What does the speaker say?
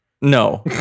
No